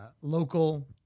local